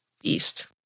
beast